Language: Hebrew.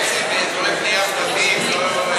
שבעצם גורמי בנייה פרטיים לא,